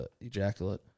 ejaculate